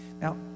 Now